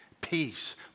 Peace